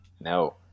no